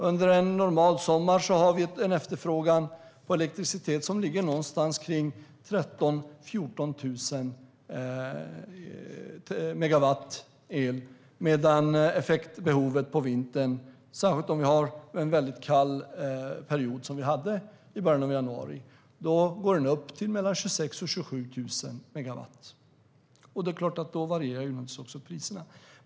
Under en normal sommar är efterfrågan någonstans kring 13 000-14 000 megawatt medan effektbehovet på vintern, särskilt om det är en kall period, går upp till mellan 26 000 och 27 000 megawatt. Då varierar naturligtvis också priserna.